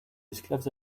esclaves